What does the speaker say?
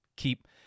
keep